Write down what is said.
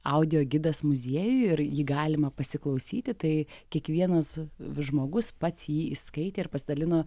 audio gidas muziejuj ir jį galima pasiklausyti tai kiekvienas žmogus pats jį įskaitė ir pasidalino